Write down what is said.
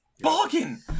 bargain